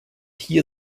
hier